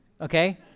okay